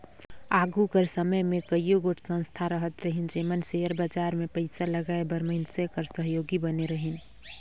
आघु कर समे में कइयो गोट संस्था रहत रहिन जेमन सेयर बजार में पइसा लगाए बर मइनसे कर सहयोगी बने रहिन